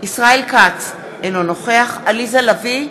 ישראל כץ, אינו נוכח עליזה לביא,